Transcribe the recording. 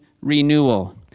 renewal